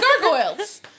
gargoyles